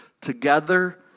together